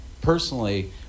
personally